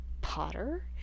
Potter